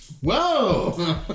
Whoa